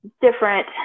different